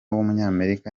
w’umunyamerika